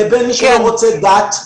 לבין מי שלא רוצה דת.